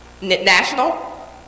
National